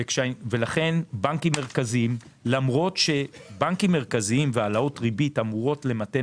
בנקים מרכזיים והעלאות ריבית אמורים למתן